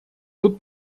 тут